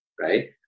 right